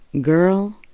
Girl